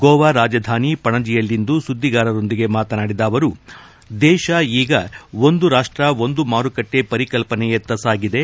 ಗೋವಾ ರಾಜಧಾನಿ ಪಣಜಿಯಲ್ಲಿಂದು ಸುದ್ದಿಗಾರರೊಂದಿಗೆ ಮಾತನಾಡಿದ ಅವರು ದೇಶ ಈಗ ಒಂದು ರಾಷ್ಷ ಒಂದು ಮಾರುಕಟ್ಲೆ ಪರಿಕಲ್ಪನೆಯತ್ತ ಸಾಗಿದೆ